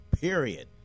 period